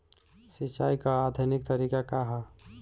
सिंचाई क आधुनिक तरीका का ह?